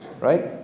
Right